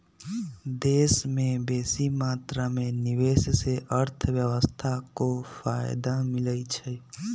देश में बेशी मात्रा में निवेश से अर्थव्यवस्था को फयदा मिलइ छइ